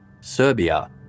Serbia